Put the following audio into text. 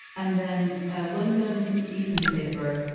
and then a london evening paper